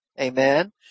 Amen